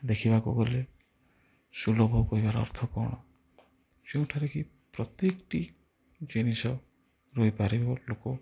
ଦେଖିବାକୁ ଗଲେ ସୁଲଭ କହିବାର ଅର୍ଥ କଣ ଯେଉଁଠାରେ କି ପ୍ରତ୍ୟେକଟି ଜିନିଷ ରହିପାରିବ ଲୋକ